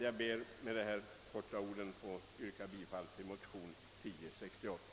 Jag ber alltså att få yrka bifall till motionen 1068.